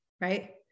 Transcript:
right